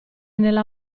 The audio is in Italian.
nella